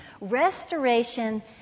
restoration